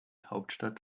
hauptstadt